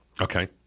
Okay